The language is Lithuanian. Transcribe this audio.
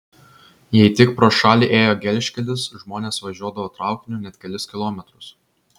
jei tik pro šalį ėjo gelžkelis žmonės važiuodavo traukiniu net kelis kilometrus